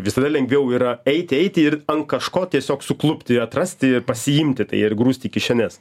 visada lengviau yra eiti eiti ir ant kažko tiesiog suklupti atrasti pasiimti tai ir grūsti į kišenes